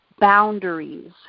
boundaries